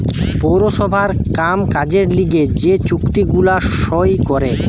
পৌরসভার কাম কাজের লিগে যে চুক্তি গুলা সই করে